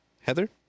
Heather